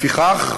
לפיכך,